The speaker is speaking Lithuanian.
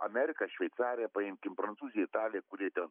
amerika šveicarija paimkim prancūzų italija kurie ten